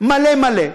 מלא מלא,